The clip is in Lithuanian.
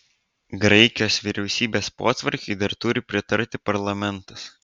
graikijos vyriausybės potvarkiui dar turi pritarti parlamentas